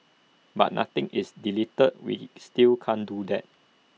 but nothing is deleted we still can't do that